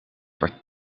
wordt